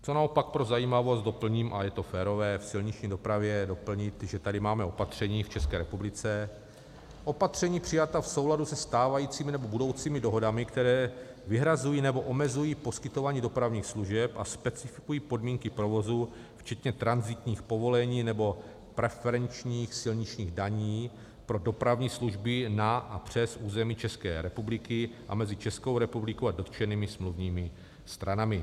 Co naopak pro zajímavost doplním, a je to férové v silniční dopravě doplnit, že tady máme opatření v České republice: opatření přijatá v souladu se stávajícími nebo budoucími dohodami, které vyhrazují nebo omezují poskytování dopravních služeb a specifikují podmínky provozu včetně tranzitních povolení nebo preferenčních silničních daní pro dopravní služby na a přes území České republiky a mezi Českou republikou a dotčenými smluvními stranami.